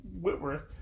Whitworth